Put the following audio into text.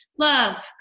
Love